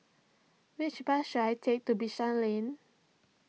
which bus should I take to Bishan Lane